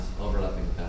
overlapping